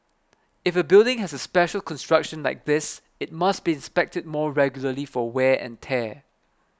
if a building has a special construction like this it must be inspected more regularly for wear and tear